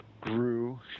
grew